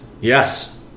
Yes